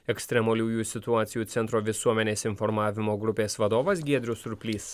ekstremaliųjų situacijų centro visuomenės informavimo grupės vadovas giedrius surplys